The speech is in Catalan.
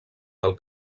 del